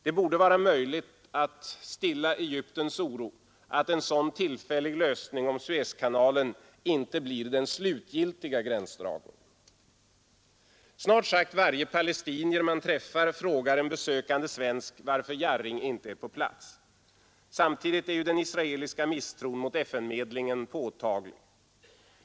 Det borde vara möjligt att stilla Egyptens oro att en sådan tillfällig lösning om Suezkanalen inte blir den slutgiltiga gränsdragningen. Snart sagt varje palestinier man träffar frågar en besökande svensk varför Jarring inte finns på plats. Samtidigt är den israeliska misstron mot FN-medlingen påtaglig.